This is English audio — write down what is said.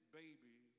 baby